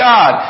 God